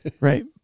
Right